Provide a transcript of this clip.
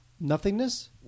Nothingness